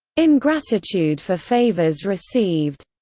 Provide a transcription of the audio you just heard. in gratitude for favours received.